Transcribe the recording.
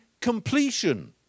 completion